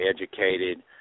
educated